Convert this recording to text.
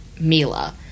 Mila